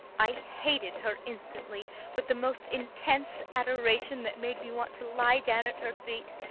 i hated her instantly with the most intense adoration that made me want to lie down at her feet,